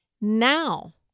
Now